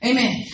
Amen